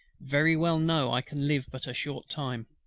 very well know i can live but a short time.